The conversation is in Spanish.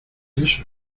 eso